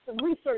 research